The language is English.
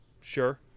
sure